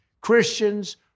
Christians